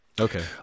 Okay